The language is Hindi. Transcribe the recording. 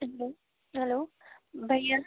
हेलो हेलो भैया